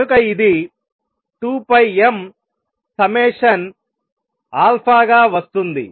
కనుక ఇది 2 m summation గా వస్తుంది